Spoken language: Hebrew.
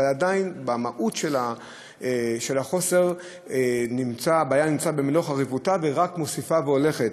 אבל עדיין במהות של החוסר הבעיה נמצאת במלוא חריפותה ורק מוסיפה והולכת.